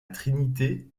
trinité